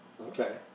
Okay